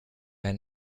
ein